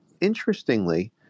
interestingly